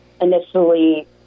initially